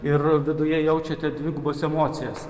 ir viduje jaučiate dvigubas emocijas